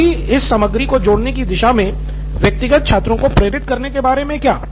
साथ ही इस सामग्री को जोड़ने की दिशा में व्यक्तिगत छात्रों को प्रेरित करने के बारे मे क्या